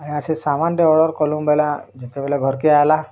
ଆଜ୍ଞା ସେ ସାମାନ୍ଟେ ଅର୍ଡ଼ର୍ କଲୁ ବେଲେ ଯେତେବେଳେ ଘରକେ ଆଇଲା